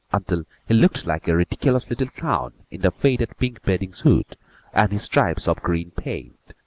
until he looked like a ridiculous little clown in the faded pink bathing-suit and his stripes of green paint,